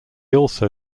also